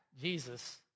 Jesus